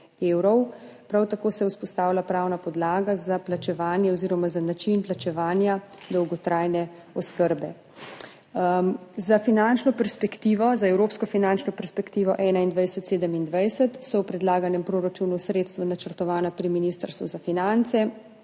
Prav tako se vzpostavlja pravna podlaga za plačevanje oziroma za način plačevanja dolgotrajne oskrbe. Za evropsko finančno perspektivo 2021–2027 so v predlaganem proračunu sredstva načrtovana pri Ministrstvu za finance